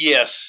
Yes